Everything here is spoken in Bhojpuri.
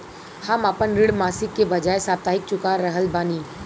हम आपन ऋण मासिक के बजाय साप्ताहिक चुका रहल बानी